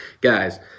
Guys